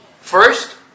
First